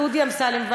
דודי אמסלם,